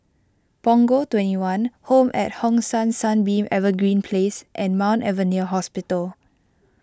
Punggol twenty one Home at Hong San Sunbeam Evergreen Place and Mount Alvernia Hospital